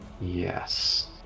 Yes